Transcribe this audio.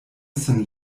sin